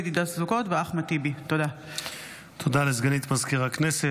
תודה לסגנית מזכיר הכנסת.